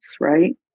right